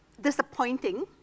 disappointing